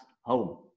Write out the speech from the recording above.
home